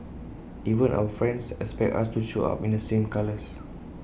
even our friends expect us to show up in the same colours